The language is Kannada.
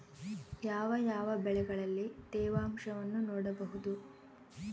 ಯಾವ ಯಾವ ಬೆಳೆಗಳಲ್ಲಿ ತೇವಾಂಶವನ್ನು ನೋಡಬಹುದು?